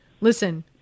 listen